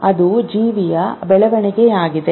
ಅದು ಜೀವಿಯ ಬೆಳವಣಿಗೆಯಾಗಿದೆ